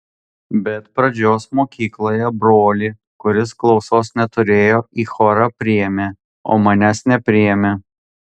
bet pradžios mokykloje brolį kuris klausos neturėjo į chorą priėmė o manęs nepriėmė